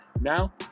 Now